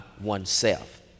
oneself